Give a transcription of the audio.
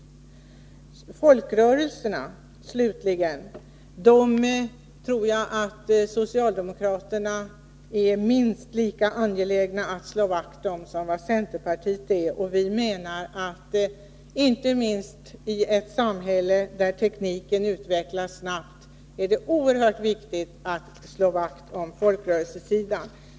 Till slut beträffande folkrörelserna: Jag tror att socialdemokraterna är minst lika angelägna att slå vakt om folkrörelserna som centerpartiet. Och vi menar att det, inte minst i ett samhälle där tekniken utvecklas snabbt, är oerhört viktigt att slå vakt om folkrörelsesidan.